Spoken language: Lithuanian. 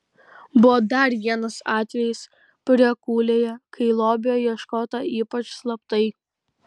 buvo dar vienas atvejis priekulėje kai lobio ieškota ypač slaptai